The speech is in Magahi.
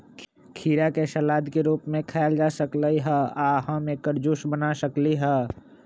खीरा के सलाद के रूप में खायल जा सकलई ह आ हम एकर जूस बना सकली ह